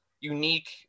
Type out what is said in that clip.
unique